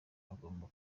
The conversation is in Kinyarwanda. agomba